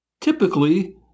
Typically